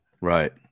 Right